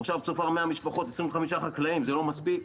מושב צופר מאה משפחות, 25 חקלאים, לא מספיק?